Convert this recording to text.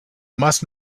must